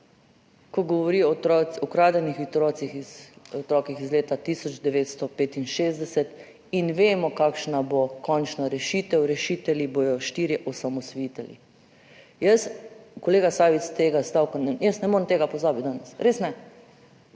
ko govori o ukradenih otrocih iz leta 1965 in vemo kakšna bo končna rešitev. Rešitelji bodo štirje osamosvojitelji. Jaz kolega Savič, tega stavka jaz ne morem tega pozabiti, danes res ne,